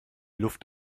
luft